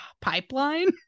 pipeline